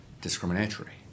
discriminatory